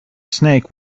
snake